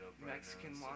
Mexican